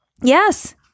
Yes